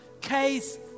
case